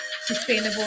sustainable